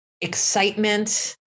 excitement